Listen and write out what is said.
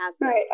right